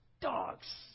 Dogs